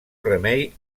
remei